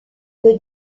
que